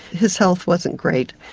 his health wasn't great,